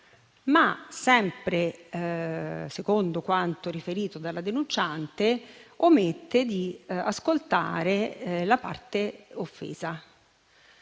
ma, sempre secondo quanto riferito dalla denunciante, omette di ascoltare la parte offesa,